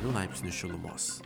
laipsnių šilumos